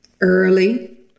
Early